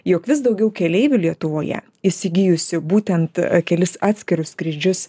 jog vis daugiau keleivių lietuvoje įsigijusių būtent kelis atskirus skrydžius